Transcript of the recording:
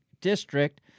district